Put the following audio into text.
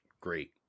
great